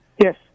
Yes